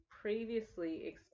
previously